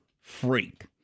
freak